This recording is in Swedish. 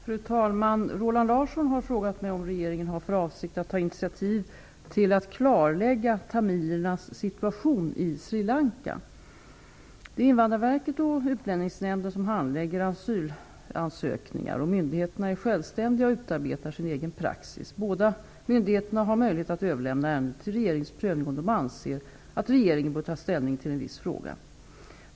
Fru talman! Roland Larsson har frågat mig om regeringen har för avsikt att ta initiativ till att klarlägga tamilernas situation i Sri Lanka. Det är Invandrarverket och Utlänningsnämnden som handlägger asylansökningar. Myndigheterna är självständiga och utarbetar sin egen praxis. Båda myndigheterna har möjlighet att överlämna ärenden till regeringens prövning, om de anser att regeringen bör ta ställning till en viss fråga.